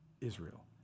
Israel